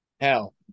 hell